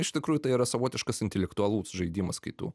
iš tikrųjų tai yra savotiškas intelektualus žaidimas kai tu